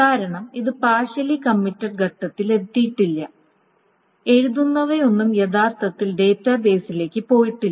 കാരണം ഇത് partially committed ഘട്ടത്തിൽ എത്തിയിട്ടില്ല എഴുതുന്നവയൊന്നും യഥാർത്ഥത്തിൽ ഡാറ്റാബേസിലേക്ക് പോയിട്ടില്ല